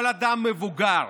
כל אדם מבוגר